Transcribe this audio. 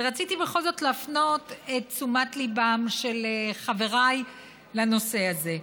ורציתי בכל זאת להפנות את תשומת ליבם של חבריי לנושא הזה.